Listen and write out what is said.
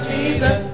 Jesus